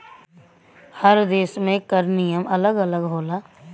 हर देस में कर नियम अलग अलग होला